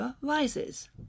RISES